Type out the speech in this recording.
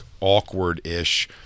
awkward-ish